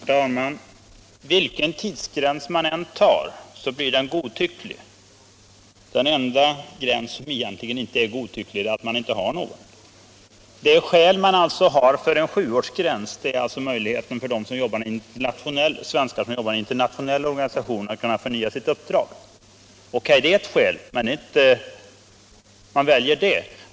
Herr talman! Vilken tidsgräns man än tar blir den godtycklig. Den enda gränsen som egentligen inte är godtycklig är ingen gräns alls. De skäl som anförs för en sjuårsgräns är att svenskar som jobbar i internationella organisationer skall kunna förnya sitt uppdrag. Det är ett skäl. Ni väljer det.